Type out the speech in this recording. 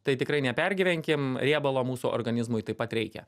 tai tikrai nepergyvenkim riebalo mūsų organizmui taip pat reikia